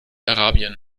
arabien